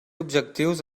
objectius